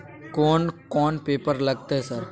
कोन कौन पेपर लगतै सर?